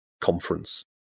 conference